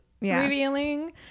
revealing